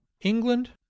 England